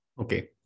Okay